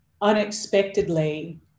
unexpectedly